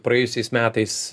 praėjusiais metais